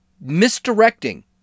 misdirecting